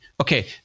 Okay